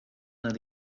naar